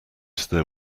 there